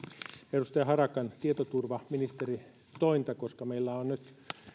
edustaja harakan esittämää tietoturvaministeritointa koska meillä on nyt